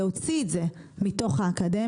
ולהוציא את זה מתוך האקדמיה גם ברמת